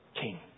king